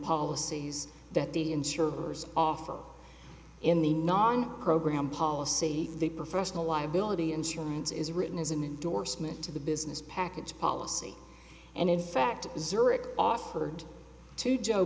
policies that the insurers offer in the non program policy the professional liability insurance is written as an endorsement of the business package policy and in fact zurich offered to joe